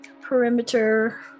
perimeter